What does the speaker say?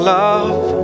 love